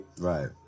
Right